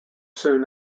soon